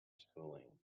schooling